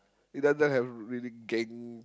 it doesn't have really gang